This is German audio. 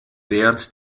während